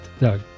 No